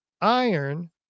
iron